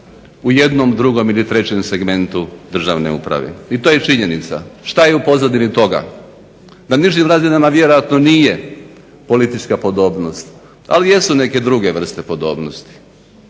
u jednom, drugom ili trećem segmentu državne uprave. I to je činjenica. Što je u pozadini toga? Na nižim razinama vjerojatno nije politička podobnost, ali jesu neke druge vrste podobnosti.